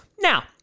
Now